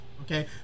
Okay